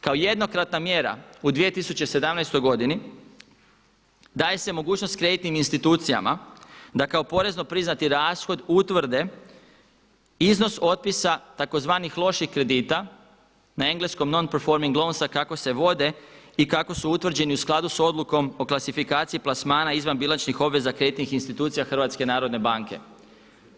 Kao jednokratna mjera u 2017. godini daje se mogućnost kreditnim institucijama da kao porezno priznati rashod utvrde iznos otpisa tzv. loših kredita na engleskom non preforming loans kako se vode i kako su utvrđeni u skladu s odlukom o klasifikaciji plasmana izvan bilančnih obveza kreditnih institucija HNB-a.